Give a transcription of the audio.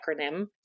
acronym